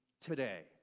today